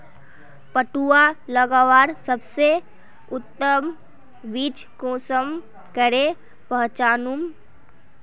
पटुआ लगवार सबसे उत्तम बीज कुंसम करे पहचानूम?